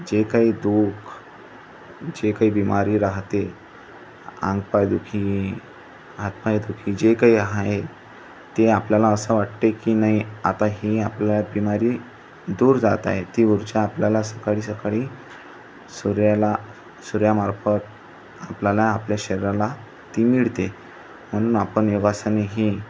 जे काही दुःख जे काही बिमारी राहते अंग पाय दुखी हात पाय दुखी जे काही आहे ते आपल्याला असं वाटते की नाही आता ही आपल्या बिमारी दूर जात आहे ती ऊर्जा आपल्याला सकाळी सकाळी सूर्याला सूर्यामार्फत आपल्याला आपल्या शरीराला ती मिळते म्हणून आपण योगासने ही